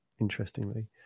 interestingly